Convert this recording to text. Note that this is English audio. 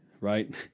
right